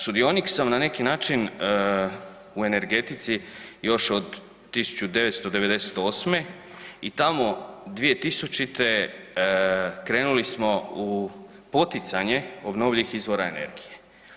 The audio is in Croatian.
Sudionik sam na neki način u energetici još od 1998. i tamo 2000.-te krenuli smo u poticanje obnovljivih izvora energije.